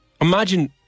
imagine